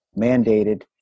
mandated